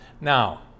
Now